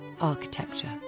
architecture